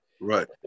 Right